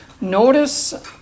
notice